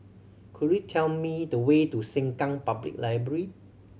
could you tell me the way to Sengkang Public Library